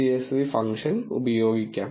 csv function പയോഗിക്കാം